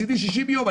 מצידי בעוד 60 ימים.